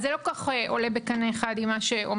אז זה לא כל כך עולה בקנה אחד עם מה שאומר